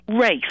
race